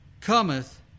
cometh